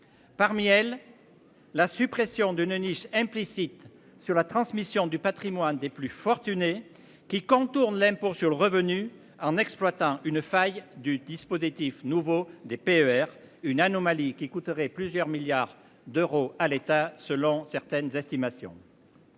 Parmi elles. La suppression d'une niche implicite sur la transmission du patrimoine des plus fortunés qui contournent l'impôt sur le revenu en exploitant une faille du dispositif nouveau des PER une anomalie qui coûterait plusieurs milliards d'euros à l'État. Selon certaines estimations.--